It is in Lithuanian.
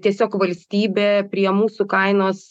tiesiog valstybė prie mūsų kainos